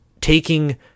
taking